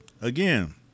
again